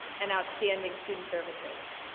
and outstanding student services.